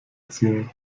ziehen